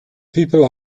people